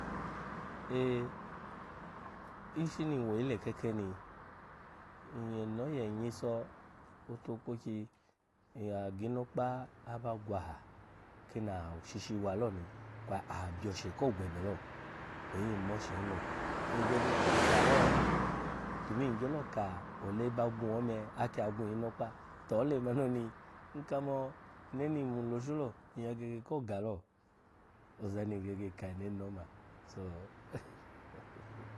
E-e. ishini nwo oyi lekek ni, eno oye nyiso otukpoky, agi inokpa aba gwaha, kini ashishi wa loni, kwa abyoshe ko givebe lo, kweyi nwoshen lo, ngege ko ka lo, domin ngyelo ka ole ba gwun ome aki ya gwun inokpa, to olemani oni, nkamo, eno ni nmun loshu lo, nyya gege ko ga lo ozani ngege ka ene ni oma so.